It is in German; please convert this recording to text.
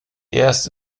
erste